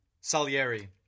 Salieri